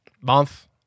month